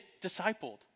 discipled